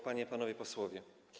Panie, Panowie Posłowie!